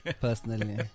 personally